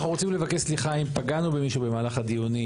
אנחנו רוצים לבקש סליחה אם פגענו במישהו במהלך הדיונים.